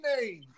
name